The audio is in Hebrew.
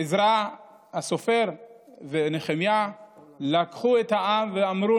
עזרא הסופר ונחמיה לקחו את העם ואמרו,